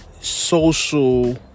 social